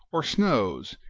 or snows,